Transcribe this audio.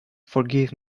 forgive